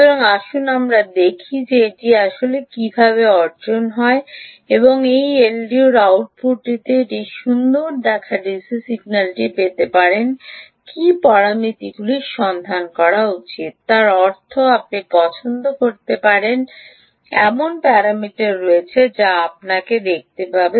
সুতরাং আসুন আমরা দেখি যে এটি আসলে কীভাবে অর্জন হয় এবং এই এলডিওর আউটপুটটিতে একটি সুন্দর দেখা ডিসি সিগন্যালটি পেতে আপনার কী পরামিতিগুলি সন্ধান করা উচিত তার অর্থ আপনি পছন্দ করতে পারেন এমন প্যারামিটার রয়েছে যা আপনাকে দেখতে পাবে